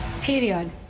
period